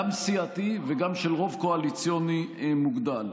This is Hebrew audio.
גם סיעתי וגם של רוב קואליציוני מוגדל.